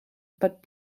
but